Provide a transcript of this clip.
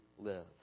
live